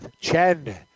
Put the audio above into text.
Chen